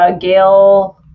Gail